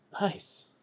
Nice